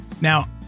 now